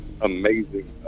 amazing